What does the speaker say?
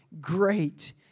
great